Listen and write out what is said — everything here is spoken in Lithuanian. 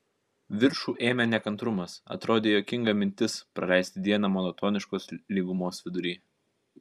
viršų ėmė nekantrumas atrodė juokinga mintis praleisti dieną monotoniškos lygumos vidury